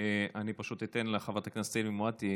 אני פשוט אתן לחברת הכנסת אמילי מואטי